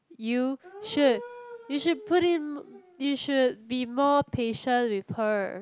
you should you should put in you should be more patient with her